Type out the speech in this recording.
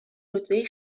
رتبه